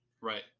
Right